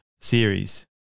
series